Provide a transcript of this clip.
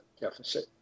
deficit